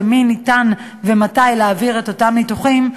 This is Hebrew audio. למי אפשר ומתי להעביר את אותם ניתוחים,